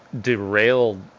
derailed